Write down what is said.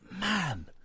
man